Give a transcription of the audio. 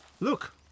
Look